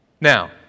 Now